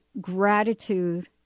gratitude